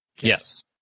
Yes